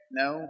no